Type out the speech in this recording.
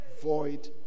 void